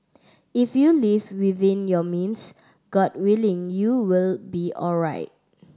if you live within your means God willing you will be alright